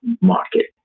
market